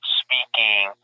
speaking –